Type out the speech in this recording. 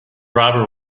robber